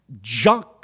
junk